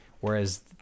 whereas